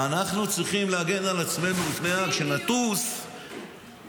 אנחנו צריכים להגן על עצמנו בפני האג כשנטוס להאג.